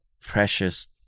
precious